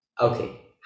Okay